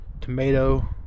tomato